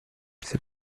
c’est